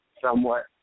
Somewhat